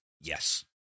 Yes